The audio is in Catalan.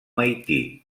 haití